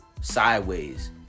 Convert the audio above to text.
sideways